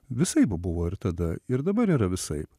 visaip buvo ir tada ir dabar yra visaip